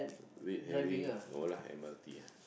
red herring no lah m_r_t lah